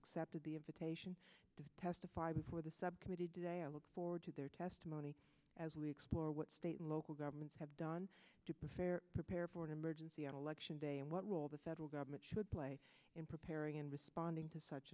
accepted the invitation to testify before the subcommittee today i look forward to their testimony as we explore what state and local governments have done to prepare prepare for an emergency an election day and what role the federal government should play in preparing and responding to such